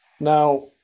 now